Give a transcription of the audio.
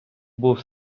був